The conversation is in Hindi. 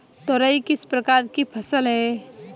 तोरई किस प्रकार की फसल है?